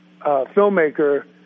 filmmaker